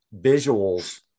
visuals